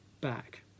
back